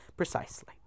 Precisely